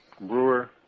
Brewer